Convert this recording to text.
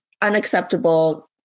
unacceptable